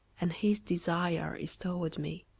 and his desire is toward me.